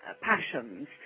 passions